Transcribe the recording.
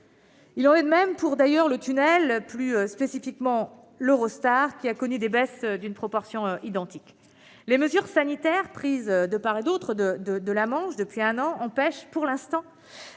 Il en est de même pour le tunnel, plus spécifiquement pour l'Eurostar, qui a connu des baisses dans des proportions identiques. Les mesures sanitaires prises de part et d'autre de la Manche depuis un an empêchent pour le moment